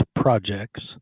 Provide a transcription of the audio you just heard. projects